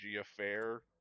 affair